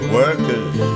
workers